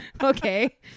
Okay